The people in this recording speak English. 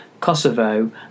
Kosovo